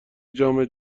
جامعه